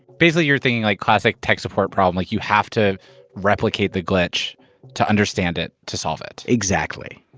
basically you're thinking like classic tech support problem, like you have to replicate the glitch to understand it, to solve it exactly.